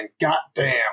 Goddamn